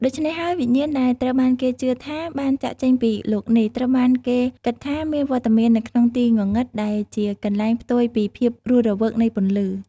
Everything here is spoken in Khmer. ដូច្នេះហើយ វិញ្ញាណដែលត្រូវបានគេជឿថាបានចាកចេញពីលោកនេះ ត្រូវបានគេគិតថាមានវត្តមាននៅក្នុងទីងងឹត ដែលជាកន្លែងផ្ទុយពីភាពរស់រវើកនៃពន្លឺ ។